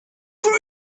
game